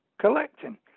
collecting